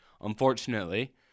Unfortunately